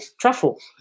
truffle